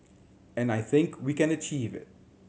and I think we can achieve it